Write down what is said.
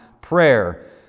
prayer